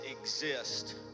exist